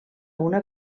una